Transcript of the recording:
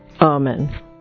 Amen